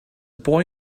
boy